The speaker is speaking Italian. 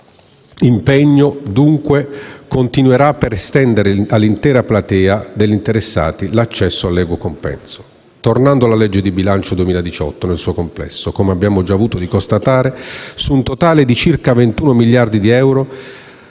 impegno, dunque, continuerà per estendere all'intera platea degli interessati l'accesso all'equo compenso. Tornando al disegno di legge di bilancio 2018 nel suo complesso, come abbiamo già avuto modo di constatare, su un totale di circa 21 miliardi di euro,